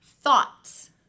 thoughts